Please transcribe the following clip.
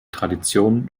tradition